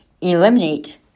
eliminate